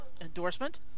endorsement